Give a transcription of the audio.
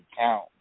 count